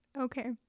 Okay